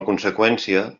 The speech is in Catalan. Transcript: conseqüència